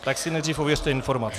Tak si nejdřív ověřte informace!